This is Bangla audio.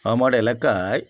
আমার এলাকায়